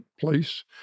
place